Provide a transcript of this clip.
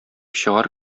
чыгар